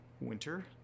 winter